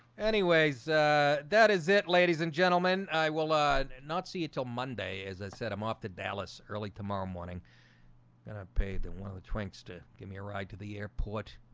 anyways that is it ladies and gentlemen, i will and not see you till monday as i said, i'm off to dallas early tomorrow morning and paid them one of the twinks to give me a ride to the airport